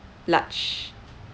large